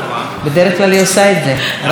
בדרך כלל היא עושה את זה, רק מאחדת.